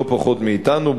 לא פחות מאתנו.